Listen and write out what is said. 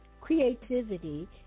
creativity